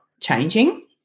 changing